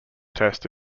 test